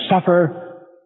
suffer